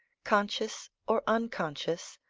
conscious or unconscious,